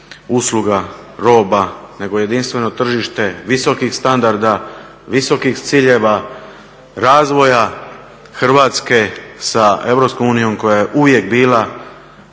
usluga, roba, nego jedinstveno tržište visokih standarda, visokih ciljeva, razvoja Hrvatske sa EU koja je uvijek bila